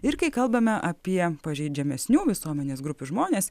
ir kai kalbame apie pažeidžiamesnių visuomenės grupių žmones